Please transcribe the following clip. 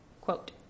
Quote